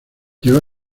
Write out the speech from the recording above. llegó